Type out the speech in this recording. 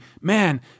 man